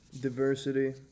Diversity